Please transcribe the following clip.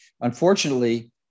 unfortunately